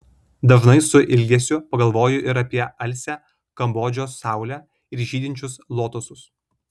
dažnai su ilgesiu pagalvoju ir apie alsią kambodžos saulę ir žydinčius lotosus